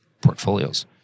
portfolios